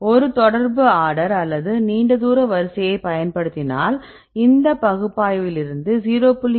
ஒரு தொடர்பு ஆர்டர் அல்லது நீண்ட தூர வரிசையைப் பயன்படுத்தினால் இந்த பகுப்பாய்விலிருந்து 0